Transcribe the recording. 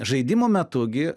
žaidimo metu gi